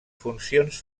funcions